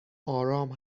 آرام